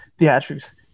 theatrics